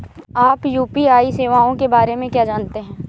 आप यू.पी.आई सेवाओं के बारे में क्या जानते हैं?